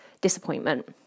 disappointment